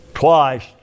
Twice